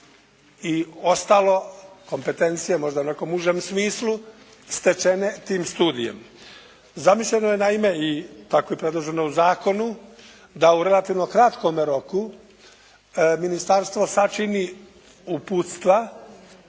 i ostalo, kompetencije možda u nekom užem smislu stečene tim studijem. Zamišljeno je naime i tako je predloženo u zakonu da u relativno kratkome roku ministarstvo sačini uputstva,